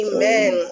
Amen